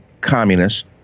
communist